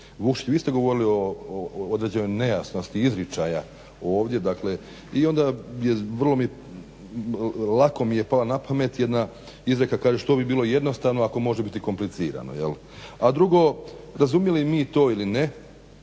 Vukšiću, vi ste govorili o određenoj nejasnosti izričaja ovdje i onda je vrlo mi lako je palo na pamet jedna izreka što bi bilo jednostavno ako može biti komplicirano. A drugo razumili mi to ili ne,